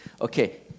Okay